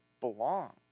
belong